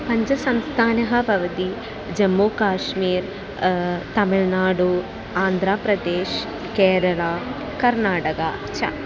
पञ्चसंस्थानः भवति जम्मुकाश्मीर् तमिळ्नाडु आन्ध्रप्रदेशः केरळा कर्नाटका च